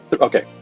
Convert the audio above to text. okay